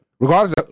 Regardless